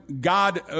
god